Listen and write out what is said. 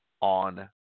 on